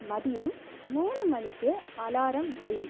மதியம் மூன்று மணிக்கு அலாரம் வை